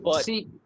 See